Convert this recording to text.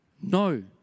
No